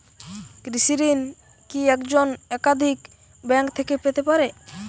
কৃষিঋণ কি একজন একাধিক ব্যাঙ্ক থেকে পেতে পারে?